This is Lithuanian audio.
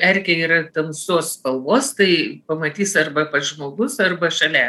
erkė yra tamsios spalvos tai pamatys arba pats žmogus arba šalia